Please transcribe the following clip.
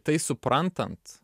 tai suprantant